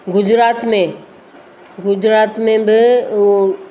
गुजरात में गुजरात में बि उहो